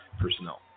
personnel